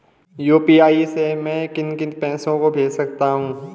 UPI से मैं किन किन को पैसे भेज सकता हूँ?